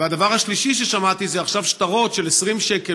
והדבר השלישי ששמעתי: שטרות של 20 שקלים